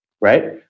right